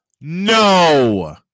no